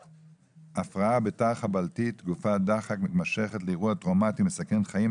"הפרעה בתר-חבלתית היא הפרעת דחק מתמשכת לאירוע טראומטי מסכן חיים,